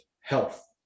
health